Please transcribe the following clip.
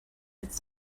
its